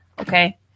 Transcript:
Okay